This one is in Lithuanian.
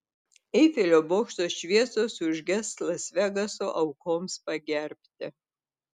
eifelio bokšto šviesos užges las vegaso aukoms pagerbti